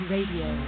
Radio